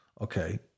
Okay